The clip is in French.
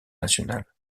nationale